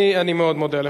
אני מאוד מודה לך.